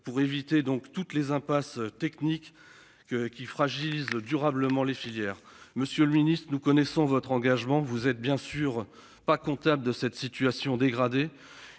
pour éviter donc toutes les impasses techniques. Qui fragilise durablement les filières. Monsieur le Ministre, nous connaissons votre engagement, vous êtes bien sûr pas comptable de cette situation dégradée.